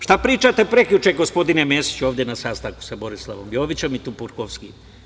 Šta pričate prekjuče gospodine Mesiću ovde na sastanku sa Borislavom Jovićem i Turpovskim.